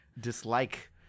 dislike